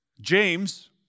James